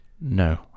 No